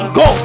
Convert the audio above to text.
go